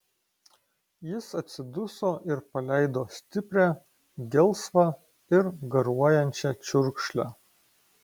jis atsiduso ir paleido stiprią gelsvą ir garuojančią čiurkšlę